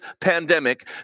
pandemic